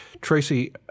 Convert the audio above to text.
Tracy